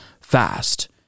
fast